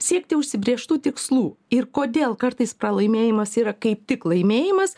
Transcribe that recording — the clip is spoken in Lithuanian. siekti užsibrėžtų tikslų ir kodėl kartais pralaimėjimas yra kaip tik laimėjimas